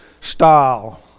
style